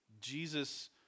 Jesus